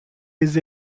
les